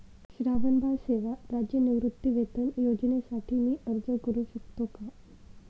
श्रावणबाळ सेवा राज्य निवृत्तीवेतन योजनेसाठी मी अर्ज करू शकतो का?